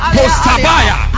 Postabaya